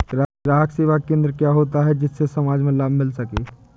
ग्राहक सेवा केंद्र क्या होता है जिससे समाज में लाभ मिल सके?